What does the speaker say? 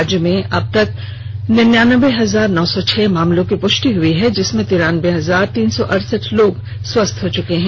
राज्य में अबतक निन्यानबे हजार नौ सौ छह मामलों की पुष्टि हुई है जिसमें तिरानबे हजार तीन सौ अड़सठ लोग स्वस्थ हो चुके हैं